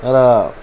र